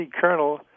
colonel